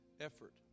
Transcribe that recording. effort